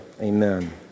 amen